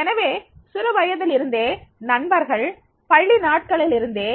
எனவே சிறுவயதில் இருந்தே நண்பர்கள் பள்ளி நாட்களிலிருந்தே